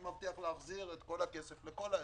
ואני מבטיח להחזיר את כל הכסף לכל האזרחים,